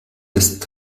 des